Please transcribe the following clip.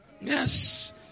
Yes